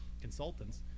consultants